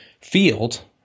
field